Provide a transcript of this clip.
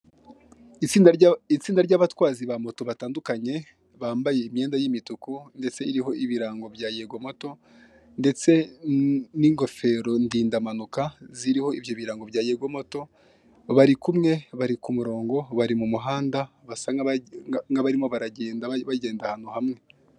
Itsinda ry'abatwazi ba moto batandukanye, bambaye imyenda y'imituku ndetse iriho ibirango bya yego moto ndetse n'ingofero ndindampanuka ziriho ibyo birango bya yego moto, bari kumwe, bari ku murongo, bari mu muhanda basa nk'abarimo baragenda bagenda ahantu hamwe.